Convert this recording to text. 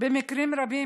במקרים רבים.